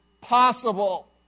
possible